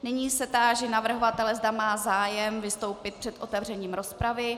Nyní se táži navrhovatele, zda má zájem vystoupil před otevřením rozpravy.